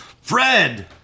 Fred